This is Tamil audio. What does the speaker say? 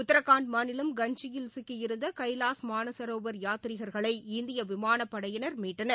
உத்தராகண்ட் மாநிலம் கஞ்சியில் சிக்கியிருந்த கைலாஷ் மானசரோவர் யாத்தீரிகர்களை இந்திய விமானப்படையினர் மீட்டனர்